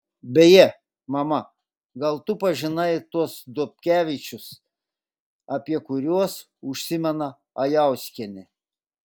beje mama gal tu pažinai tuos dobkevičius apie kuriuos užsimena ajauskienė